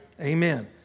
Amen